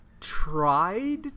tried